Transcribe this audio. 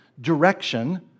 Direction